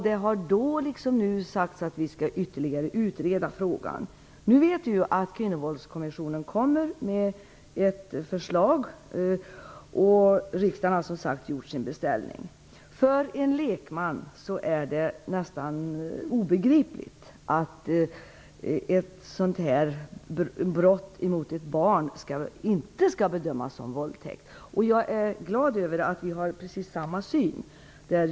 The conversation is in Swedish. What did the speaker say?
Det har då liksom nu sagts att man skall ytterligare utreda frågan. Nu vet vi att Kvinnovåldskommissionen kommer med ett förslag, och riksdagen har gjort sin beställning. För en lekman är det nästan obegripligt att ett sådant brott mot ett barn inte skall bedömas som våldtäkt. Jag är glad över att vi har precis samma syn.